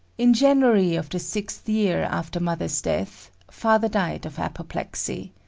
in january of the sixth year after mother's death, father died of apoplexy.